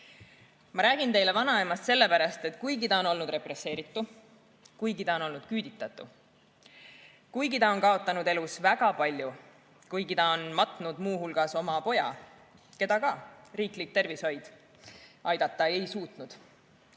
Ma räägin teile vanaemast sellepärast, et kuigi ta on olnud represseeritu, kuigi ta on olnud küüditatu, kuigi ta on kaotanud elus väga palju, kuigi ta on matnud muu hulgas oma poja, keda ka riiklik tervishoid aidata ei suutnud,